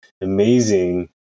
amazing